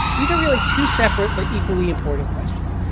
these are really two separate but equally important questions.